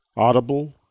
Audible